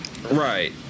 Right